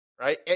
right